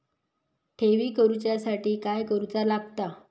ठेवी करूच्या साठी काय करूचा लागता?